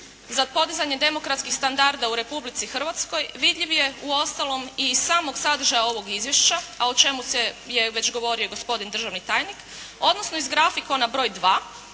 za poduzimanje demokratskih standarda u Republici Hrvatskoj vidljiv je uostalom i iz samog sadržaja ovog izvješća, a o čemu je već govorio gospodin državni tajnik, odnosno iz grafikona broj